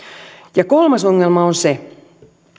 ja kolmas ongelma on se